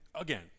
again